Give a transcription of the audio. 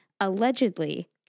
allegedly